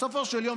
בסופו של יום,